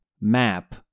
map